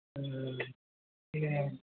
ठीक आहे